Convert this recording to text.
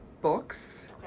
books